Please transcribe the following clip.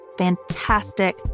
fantastic